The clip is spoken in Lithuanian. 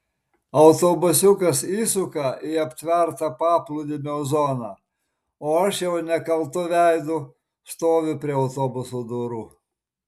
autobusiukas įsuka į aptvertą paplūdimio zoną o aš jau nekaltu veidu stoviu prie autobuso durų